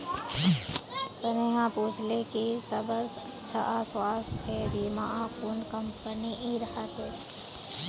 स्नेहा पूछले कि सबस अच्छा स्वास्थ्य बीमा कुन कंपनीर ह छेक